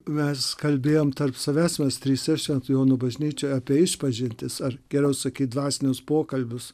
mes kalbėjom tarp savęs mes trise šventų jonų bažnyčioje apie išpažintis ar geriau sakyt dvasinius pokalbius